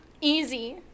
easy